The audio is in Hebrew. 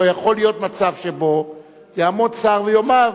לא יכול להיות מצב שבו יעמוד שר ויאמר: